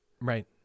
Right